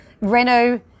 Renault